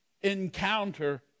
encounter